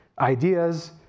ideas